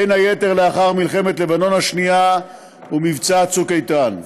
בין היתר לאחר מלחמת לבנון השנייה ולאחר מבצע "צוק איתן".